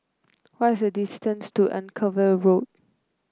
what is the distance to Anchorvale Road